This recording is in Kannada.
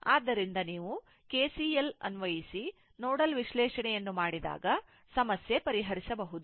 ಆದ್ದರಿಂದ ನೀವು KCL ಅನ್ವಯಿಸಿ ನೋಡಲ್ ವಿಶ್ಲೇಷಣೆಯನ್ನು ಮಾಡಿದಾಗ ಸಮಸ್ಯೆ ಪರಿಹರಿಸಬಹುದು